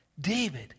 David